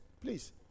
Please